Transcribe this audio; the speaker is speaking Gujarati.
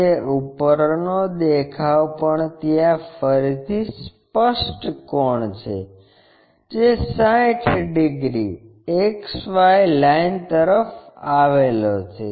તે ઉપરનો દેખાવ પણ ત્યાં ફરીથી સ્પષ્ટ કોણ છે જે 60 ડિગ્રી XY લાઇન તરફ આવેલો છે